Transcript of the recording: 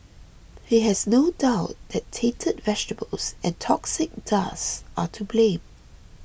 he has no doubt that tainted vegetables and toxic dust are to blame